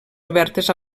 obertes